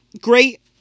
Great